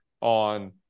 on